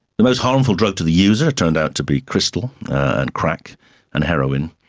the most harmful drug to the user turned out to be crystal and crack and heroin,